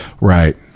Right